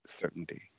certainty